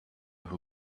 who